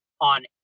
on